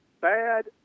Bad